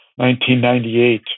1998